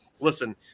listen